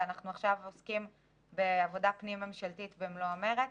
ואנחנו עוסקים עכשיו בעבודה פנים-ממשלתית במלוא המרץ.